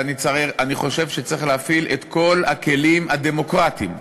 ואני חושב שצריך להפעיל את כל הכלים הדמוקרטיים,